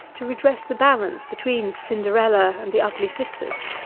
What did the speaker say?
to redress the balance between cinderella and the ugly sisters.